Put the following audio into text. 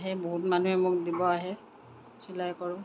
আহে বহুত মানুহে মোক দিব আহে চিলাই কৰোঁ